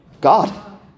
God